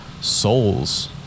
souls